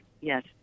Yes